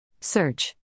Search